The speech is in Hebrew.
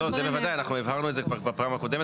בוודאי אנחנו הבהרנו את זה כבר בפעם הקודמת